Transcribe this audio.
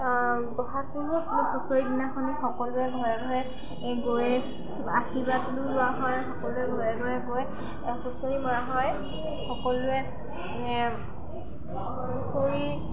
বহাগ বিহুত হুঁচৰি দিনাখনি সকলোৱে ঘৰে ঘৰে গৈ আশীৰ্বাদটো লোৱা হয় সকলোৱে ঘৰে ঘৰে গৈ হুঁচৰি মৰা হয় সকলোৱে হুঁচৰি